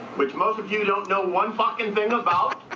which most of you don't know one fucking thing about